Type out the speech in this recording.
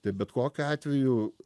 tai bet kokiu atveju